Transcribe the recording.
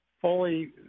fully